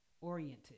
oriented